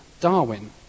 Darwin